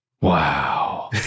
Wow